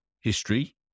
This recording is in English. history